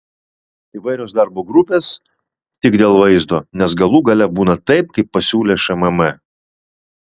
įvairios darbo grupės tik dėl vaizdo nes galų gale būna taip kaip pasiūlė šmm